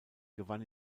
gewann